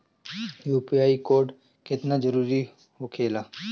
UPI code केतना जरुरी होखेला?